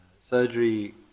surgery